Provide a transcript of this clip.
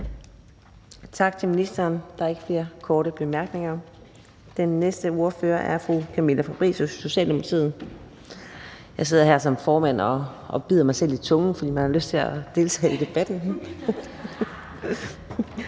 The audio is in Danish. Tak til ministeren. Der er ikke flere korte bemærkninger. Den næste ordfører er fru Camilla Fabricius, Socialdemokratiet. Jeg sidder her som formand og bider mig selv i tungen, fordi jeg har lyst til at deltage i debatten.